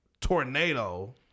tornado